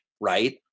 right